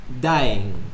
Dying